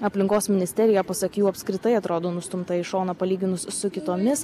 aplinkos ministerija pasak jų apskritai atrodo nustumta į šoną palyginus su kitomis